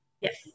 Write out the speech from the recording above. Yes